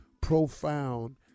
profound